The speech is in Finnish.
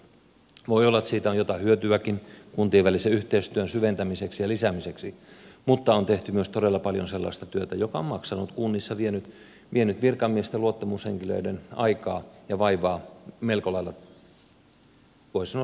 voi olla että siitä on jotain hyötyäkin kuntien välisen yhteistyön syventämiseksi ja lisäämiseksi mutta on tehty myös todella paljon sellaista työtä joka on maksanut kunnissa vienyt virkamiesten luottamushenkilöiden aikaa ja vaivaa melko lailla voi sanoa runsaasti ja paljon